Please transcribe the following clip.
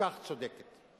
הכל-כך צודקת.